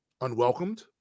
unwelcomed